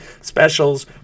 specials